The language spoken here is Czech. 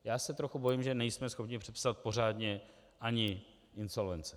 Já se trochu bojím, že nejsme schopni přepsat pořádně ani insolvenci.